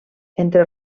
entre